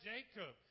Jacob